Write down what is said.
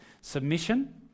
Submission